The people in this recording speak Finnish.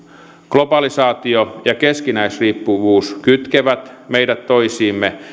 globalisaatio ja keskinäisriippuvuus kytkevät meidät toisiimme